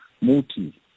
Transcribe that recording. multi